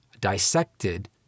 dissected